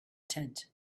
tent